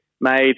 made